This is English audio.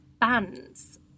bands